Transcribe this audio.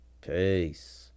Peace